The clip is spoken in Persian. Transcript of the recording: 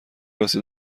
واسه